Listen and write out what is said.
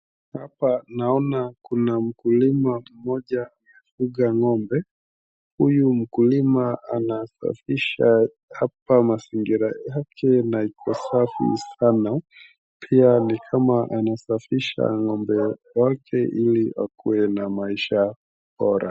Hapa naona kuna mkulima mmoja mfuga ng'ombe huyu mkulima anasafisha hapa mazingira yake na iko safi sana pia nikama anasafisha ng'ombe wake ili akue na maisha bora .